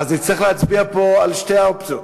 אז נצטרך להצביע פה על שתי האופציות.